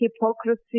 hypocrisy